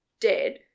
dead